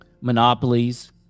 monopolies